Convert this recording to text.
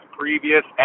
previous